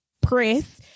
press